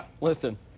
Listen